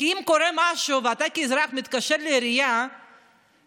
כי אם קורה משהו ואתה כאזרח מתקשר לעירייה ומבקש,